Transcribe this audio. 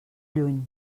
lluny